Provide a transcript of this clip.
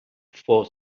for